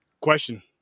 Question